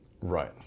Right